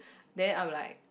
then I'm like